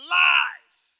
life